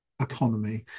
economy